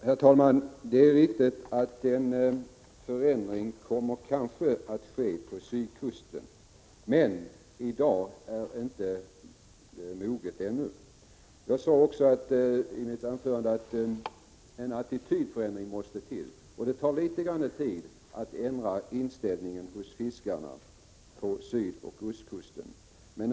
Herr talman! Det är riktigt att en förändring kanske kommer att ske på sydkusten, men ännu är tiden inte mogen. Jag sade i mitt anförande att en attitydförändring måste till, och det tar litet tid att ändra inställningen hos fiskarna på sydoch ostkusten.